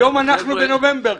והיום אנחנו בנובמבר.